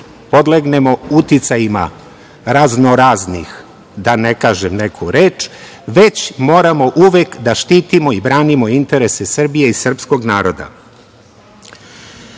podlegnemo uticajima raznoraznih, da ne kažem neku reč, već moramo uvek da štitimo i branimo interese Srbije i srpskog naroda. Šta